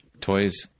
toys